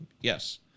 Yes